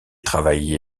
travaille